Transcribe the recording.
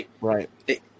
right